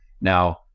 Now